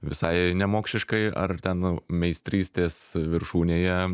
visai nemokšiškai ar ten meistrystės viršūnėje